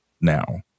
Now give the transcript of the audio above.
now